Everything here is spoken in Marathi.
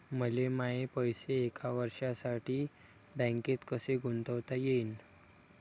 मले माये पैसे एक वर्षासाठी बँकेत कसे गुंतवता येईन?